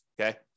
Okay